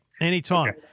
Anytime